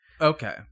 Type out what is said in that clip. Okay